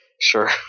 Sure